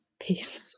Peace